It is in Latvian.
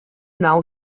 nav